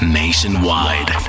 nationwide